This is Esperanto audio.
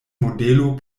modelo